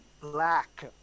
Black